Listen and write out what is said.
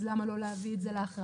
אז למה לו להביא את זה להכרעה,